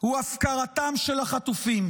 הוא הפקרתם של החטופים.